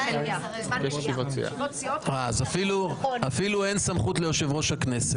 ישיבות סיעות --- אז אפילו אין סמכות ליושב-ראש הכנסת.